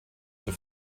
für